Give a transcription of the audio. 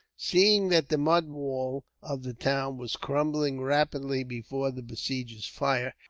seeing that the mud wall of the town was crumbling rapidly before the besiegers' fire,